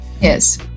Yes